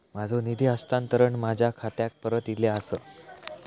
माझो निधी हस्तांतरण माझ्या खात्याक परत इले आसा